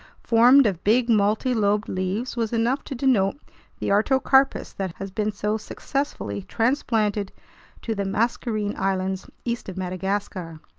formed of big multilobed leaves, was enough to denote the artocarpus that has been so successfully transplanted to the mascarene islands east of madagascar.